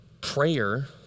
Prayer